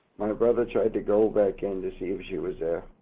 my brother tried to go back in to see if she was there.